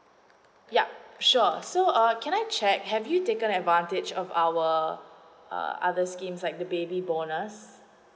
yup sure so err can I check have you taken advantage of our err uh other schemes like the baby bonus